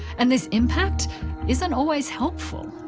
and this impact isn't always helpful.